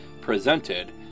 presented